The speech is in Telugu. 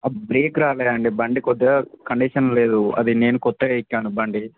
ఆ బ్రేక్ రాలేదండి బండి కొద్దిగా కండిషన్లో లేదు అది నేను కొత్తగా ఎక్కాను బండి